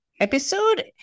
episode